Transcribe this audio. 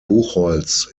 buchholz